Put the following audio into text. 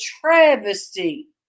travesty